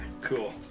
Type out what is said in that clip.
cool